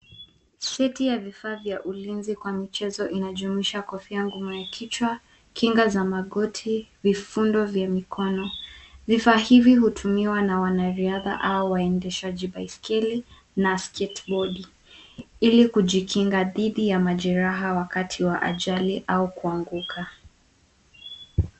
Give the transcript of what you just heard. Seti ya vifaa vya ulinzi kwa michezo inajumuisha kofia ngumu ya kichwa, kinga za magoti, vifundo vya mikono. Vifaa hivi hutumiwa na wanariadha au waendeshaji baiskeli na skatebodi, ili kujikinga dhidi ya majeraha wakati wa ajali au kuanguka.